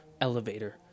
elevator